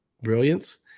brilliance